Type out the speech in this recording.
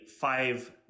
five